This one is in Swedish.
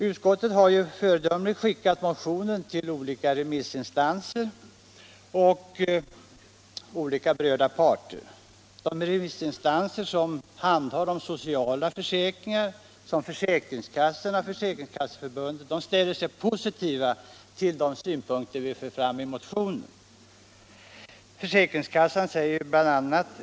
Utskottet har föredömligt skickat ut motionen på en remissomgång till olika berörda parter. De remissinstanser som handhar de sociala försäkringarna, såsom försäkringskassorna och Försäkringskasseförbundet, ställer sig positiva till de synpunkter som framförts i motionen.